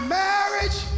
marriage